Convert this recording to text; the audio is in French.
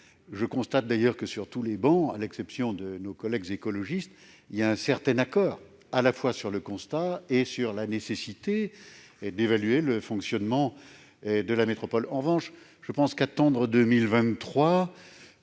Je constate que sur toutes les travées, à l'exception de nos collègues écologistes, il y a un certain accord, à la fois sur le constat et sur la nécessité d'évaluer le fonctionnement de la métropole. En revanche, attendre jusqu'à